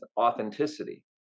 authenticity